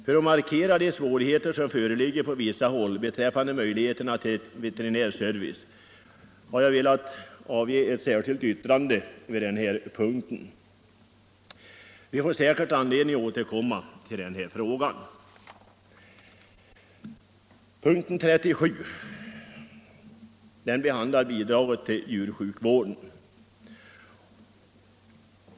För att markera de svårigheter som föreligger på vissa håll beträffande möjligheterna till veterinärservice har jag avgivit ett särskilt yttrande vid denna punkt. Vi får säkert anledning att återkomma till denna fråga. Punkten 37 behandlar bidrag till djursjukvård.